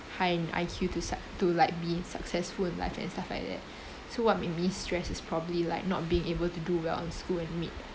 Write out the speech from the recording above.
high in I_Q to su~ to like being successful in life and stuff like that so what make me stressed is probably like not being able to do well in school and meet